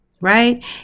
right